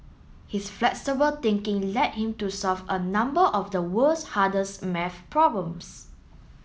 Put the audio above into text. his flexible thinking led him to solve a number of the world's hardest maths problems